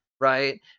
Right